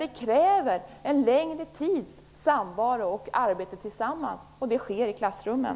Det kräver en längre tids samvaro och arbete tillsammans. Det sker i klassrummen.